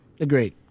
Agreed